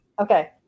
Okay